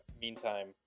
Meantime